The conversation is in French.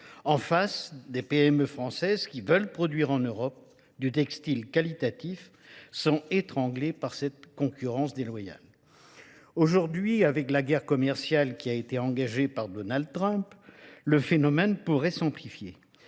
En face, des PME françaises qui veulent produire en Europe du textile qualitatif sont étranglés par cette concurrence déloyale. Aujourd'hui, avec la guerre commerciale qui a été engagée par Donald Trump, le phénomène pourrait s'amplifier.